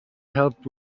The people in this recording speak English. help